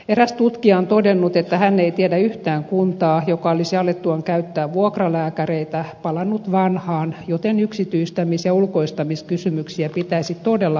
eräs tutkija on todennut että hän ei tiedä yhtään kuntaa joka olisi alettuaan käyttää vuokralääkäreitä palannut vanhaan joten yksityistämis ja ulkoistamiskysymyksiä pitäisi todella pohtia huolella